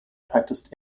practiced